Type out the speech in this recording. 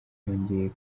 nongeye